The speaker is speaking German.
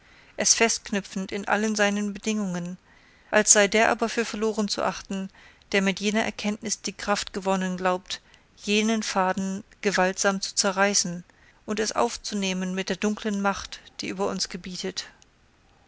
es festknüpfend in allen seinen bedingungen als sei der aber für verloren zu achten der mit jener erkenntnis die kraft gewonnen glaubt jenen faden gewaltsam zu zerreißen und es aufzunehmen mit der dunklen macht die über uns gebietet